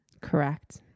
Correct